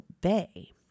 Bay